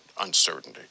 uncertainty